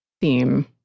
theme